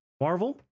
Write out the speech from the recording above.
marvel